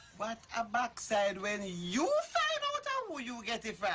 what a backside when you find out um who you get it from.